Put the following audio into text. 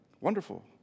wonderful